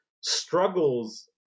struggles